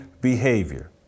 behavior